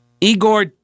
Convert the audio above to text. Igor